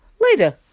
later